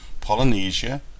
Polynesia